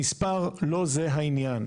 המספר לא זה העניין.